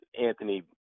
Anthony